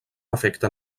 efecte